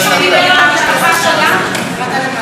אפשר לחזור ולהיות עם מאוחד.